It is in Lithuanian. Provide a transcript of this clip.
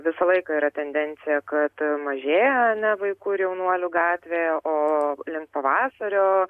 visą laiką yra tendencija kad mažėja ar ne vaikų ir jaunuolių gatvėje o link pavasario